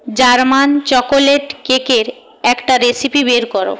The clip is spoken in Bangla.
জার্মান চকোলেট কেকের একটা রেসিপি বের করো